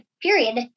period